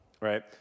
right